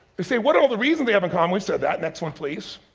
they say what are all the reasons they have in common, we've said that, next one please.